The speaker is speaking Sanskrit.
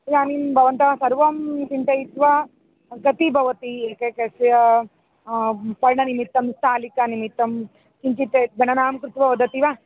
इदानीं भवन्तः सर्वं चिन्तयित्वा कति भवति एकैकस्य पर्णनिमित्तं स्थालिकानिमित्तं किञ्चित् गणनां कृत्वा वदति वा